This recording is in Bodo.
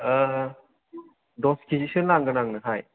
दस के जि सो नांगोन आंनोहाय